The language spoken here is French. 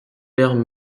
père